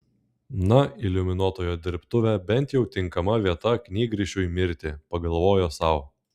na iliuminuotojo dirbtuvė bent jau tinkama vieta knygrišiui mirti pagalvojo sau